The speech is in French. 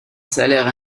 salaire